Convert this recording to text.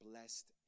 Blessed